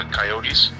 Coyotes